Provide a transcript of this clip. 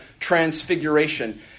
Transfiguration